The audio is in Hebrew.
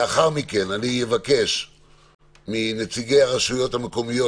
לאחר מכן אני אבקש מנציגי הרשויות המקומיות,